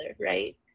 right